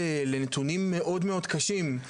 לנתונים מאוד מאוד קשים.